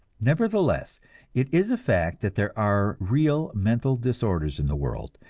nevertheless it is a fact that there are real mental disorders in the world,